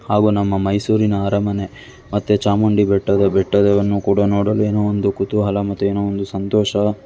ಹಾಗೂ ನಮ್ಮ ಮೈಸೂರಿನ ಅರಮನೆ ಮತ್ತು ಚಾಮುಂಡಿ ಬೆಟ್ಟದ ಬೆಟ್ಟದವನ್ನು ಕೂಡ ನೋಡಲು ಏನೋ ಒಂದು ಕುತೂಹಲ ಮತ್ತು ಏನೋ ಒಂದು ಸಂತೋಷ